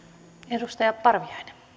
arvoisa rouva puhemies